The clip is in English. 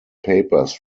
papers